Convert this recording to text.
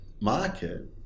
market